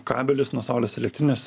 kabelis nuo saulės elektrinės